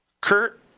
Kurt